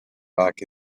back